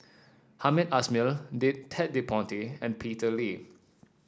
Hamed Ismail did Ted De Ponti and Peter Lee